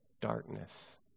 darkness